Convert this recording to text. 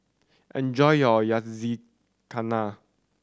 enjoy your Yakizakana